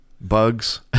bugs